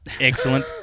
Excellent